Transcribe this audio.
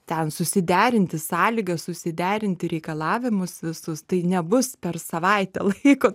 ten susiderinti sąlygas susiderinti reikalavimus visus tai nebus per savaitę laiko